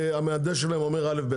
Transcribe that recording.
המהנדס שלהם אומר א' או ב'.